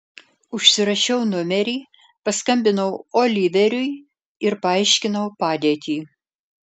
užsirašiau numerį paskambinau oliveriui ir paaiškinau padėtį